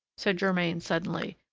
said germain suddenly,